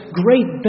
great